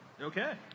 Okay